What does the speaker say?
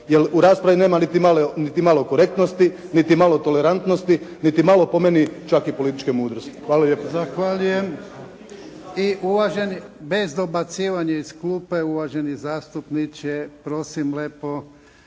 jer u raspravi nema niti malo korektnosti, niti malo tolerantnosti niti malo po meni čak i političke mudrosti. Hvala lijepo.